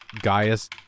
Gaius